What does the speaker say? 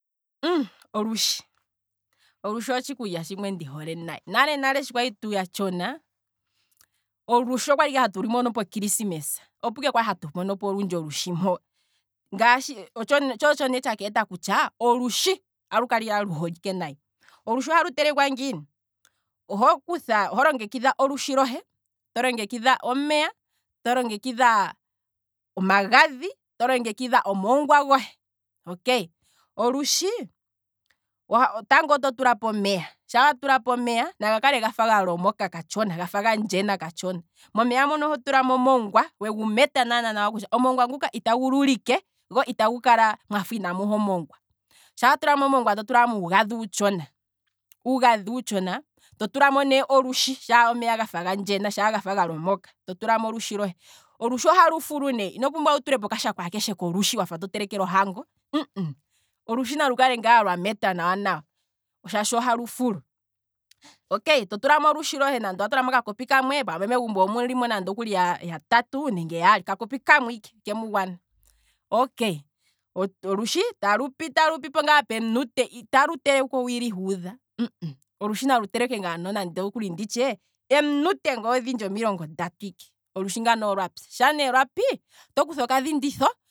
Hmmm olushi, olushi otshikulya tshimwe ndi hole nayi, nalenale sho kwali tuya tshona, olushi okwali ike hatu lumono pokilisimesa, opo ike kwali hatu monopo olushi mpo, tsho otsho ne tsha keeta kutya, olushi alu kala luholike nayi, olushi ohalu telekwa ngiini, oho kutha, oho longekidha olushi lohe, tokutha omeya, to longekidha omagadhi, to longekidha omongwa gohe, okay, olushi tango oto tulapo omeya, taga kala gafa ga lomoka katshona gafa gandjena katshona, to tulamo omongwa wegu meta naana nawa kutya omongwa nguka itagu lulike go itagu mwafa inamu ha omongwa, sha wa tulamo omongwa to tulamo uugadhi uutshona. uugadhu uutshona, totu lamo ne olushi omeya sha gafa gandjena, sha gafa galomoka to tulamo olushi lohe, olushi ohalu fulu ne, ino pumbwa wu tulepo okashako akeshe kolushi wafa to telekele ohango, olushi nalu kale ngaa lwa metwa nawa nawa shaashi ohalu fulu, okay, to tulamo olushi lohe nande owa tulamo okakopi kamwe shaashi pamwe megumbo omulimo omundji okakopi kamwe okemu gwana ike, okay, olushi talupi talu pipo ngaa eminute, olushi italu telekwa owili huudha, olushi talupi keminute ngele odhindji omilongo ndatu ike, olushi ngano olwapya, shaa ne lwapi, tokutha okadhinditho